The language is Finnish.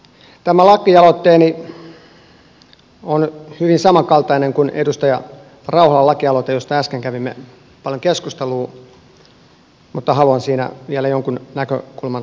tämä lakialoitteeni on hyvin samankaltainen kuin edustaja rauhalan lakialoite josta äsken kävimme paljon keskustelua mutta haluan vielä jonkun näkökulman nostaa esille